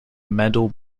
medal